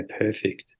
perfect